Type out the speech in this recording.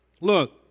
Look